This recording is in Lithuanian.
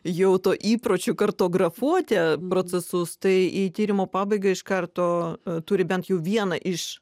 jau tuo įpročiu kartografuoti procesus tai į tyrimo pabaigą iš karto turi bent jau vieną iš